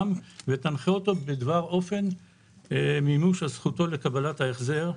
ותנחה אותו בדבר אופן מימוש על זכותו לקבלת ההחזר.